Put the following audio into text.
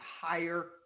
higher